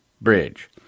bridge